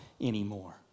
anymore